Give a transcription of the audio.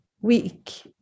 week